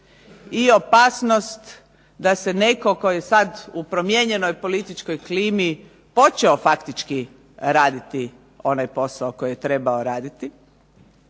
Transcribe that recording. i opasnost da se netko tko je sada u promijenjenoj političkoj klimi počeo faktički raditi posao onaj koji je trebao raditi,